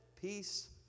Peace